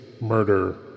murder